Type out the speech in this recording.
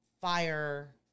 fire